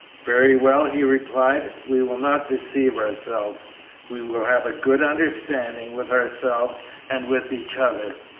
very well, he replied we will not deceive ourselves we will have a good understanding with ourselves and with each other.